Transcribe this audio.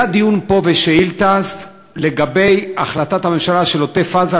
היה פה דיון בשאילתה לגבי החלטת הממשלה על עוטף-עזה,